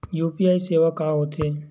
UPI सेवा का होथे?